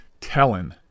telling